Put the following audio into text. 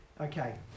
Okay